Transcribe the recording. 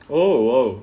oh !wow!